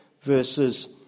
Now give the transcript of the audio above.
verses